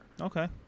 Okay